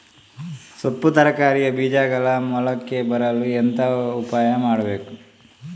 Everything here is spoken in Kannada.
ಸೊಪ್ಪು ತರಕಾರಿಯ ಬೀಜಗಳು ಮೊಳಕೆ ಬರಲು ಎಂತ ಉಪಾಯ ಮಾಡಬೇಕು?